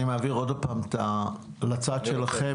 אני מעביר את רשות הדיבור לצד שלכם.